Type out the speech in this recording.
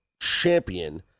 champion